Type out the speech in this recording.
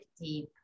deep